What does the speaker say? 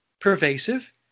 pervasive